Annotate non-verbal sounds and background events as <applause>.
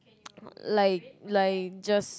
<noise> like like just